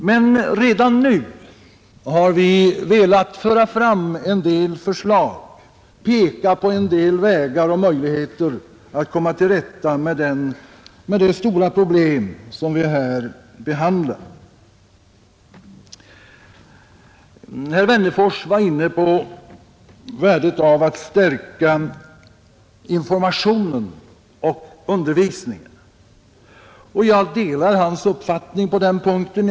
Men redan nu har vi velat föra fram en del förslag, peka på en del vägar och möjligheter att lösa det stora problem vi här behandlar. Herr Wennerfors var inne på värdet av att stärka informationen och undervisningen. Jag delar hans uppfattning på den punkten.